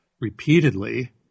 repeatedly